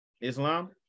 Islam